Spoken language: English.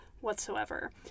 whatsoever